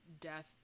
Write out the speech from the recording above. death